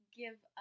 give